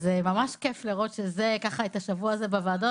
ממש כיף לראות את השבוע הזה בוועדות,